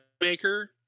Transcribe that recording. maker